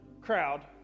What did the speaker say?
crowd